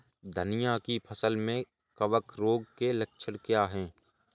धनिया की फसल में कवक रोग के लक्षण क्या है?